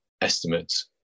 estimates